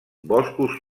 boscos